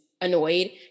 annoyed